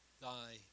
thy